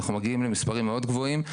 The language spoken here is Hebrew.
אנחנו מגיעים למספרים מאוד גבוהים.